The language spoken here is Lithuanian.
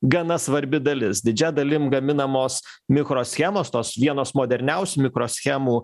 gana svarbi dalis didžia dalim gaminamos mikroschemos tos vienos moderniausių mikroschemų